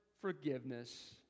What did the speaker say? forgiveness